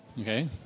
Okay